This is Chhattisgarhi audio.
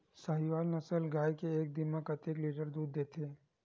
साहीवल नस्ल गाय एक दिन म कतेक लीटर दूध देथे?